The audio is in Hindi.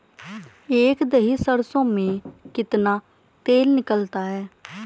एक दही सरसों में कितना तेल निकलता है?